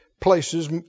places